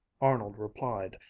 arnold replied,